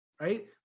Right